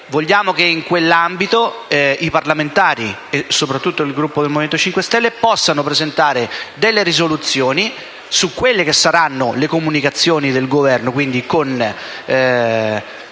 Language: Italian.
Vogliamo che in quell'ambito i parlamentari, soprattutto il Gruppo del Movimento 5 Stelle, possano presentare delle risoluzioni sulle comunicazioni del Governo, con